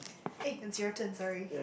eh it's your turn sorry